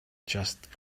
just